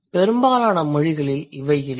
பெரும்பாலான மொழிகளில் இவை இல்லை